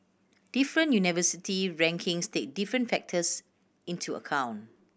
different university rankings take different factors into account